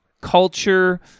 culture